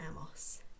Amos